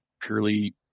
purely